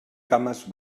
cames